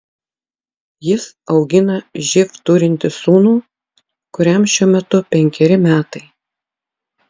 jis augina živ turintį sūnų kuriam šiuo metu penkeri metai